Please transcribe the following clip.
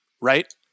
right